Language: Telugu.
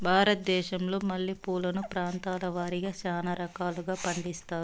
భారతదేశంలో మల్లె పూలను ప్రాంతాల వారిగా చానా రకాలను పండిస్తారు